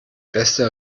beste